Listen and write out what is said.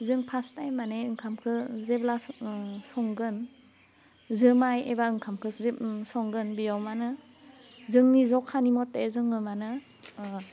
जों फास टाइम माने ओंखामखो जेब्ला संगोन जोमाइ एबा ओंखामखौ जे संगोन बेयाव मा होनो जोंनि जखानि मथे जोङो मानो